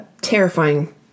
terrifying